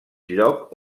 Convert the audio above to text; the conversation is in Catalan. lloc